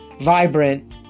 vibrant